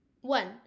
one